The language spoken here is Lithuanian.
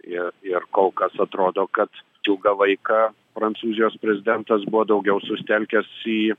ir ir kol kas atrodo kad ilgą laiką prancūzijos prezidentas buvo daugiau susitelkęs į